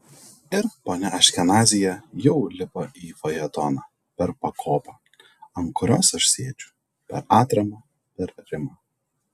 ir ponia aškenazyje jau lipa į fajetoną per pakopą ant kurios aš sėdžiu per atramą per rimą